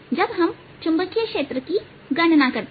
जब हम चुंबकीय क्षेत्र के गणना करते हैं